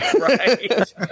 Right